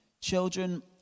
Children